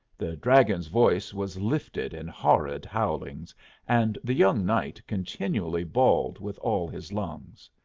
the dragon's voice was lifted in horrid howlings and the young knight continually bawled with all his lungs.